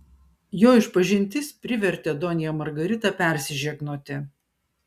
jo išpažintis privertė donją margaritą persižegnoti